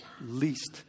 least